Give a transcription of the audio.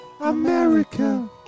America